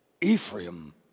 Ephraim